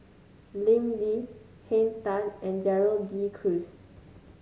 Lim Lee Henn Tan and Gerald De Cruz